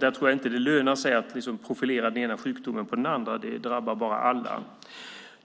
Jag tror inte att det lönar sig att profilera den ena eller den andra sjukdomen. Det drabbar bara alla.